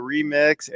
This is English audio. Remix